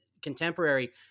contemporary